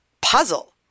puzzle